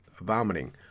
vomiting